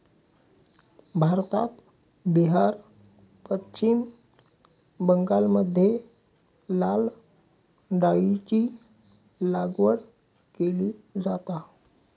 भारतात बिहार, पश्चिम बंगालमध्ये लाल डाळीची लागवड केली जाता